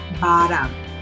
bottom